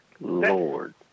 Lord